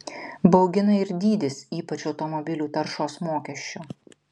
baugina ir dydis ypač automobilių taršos mokesčio